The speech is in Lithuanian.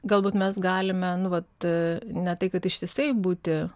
galbūt mes galime nu vat ne tai kad ištisai būti